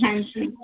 ਹਾਂਜੀ